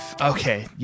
Okay